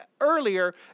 earlier